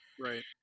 right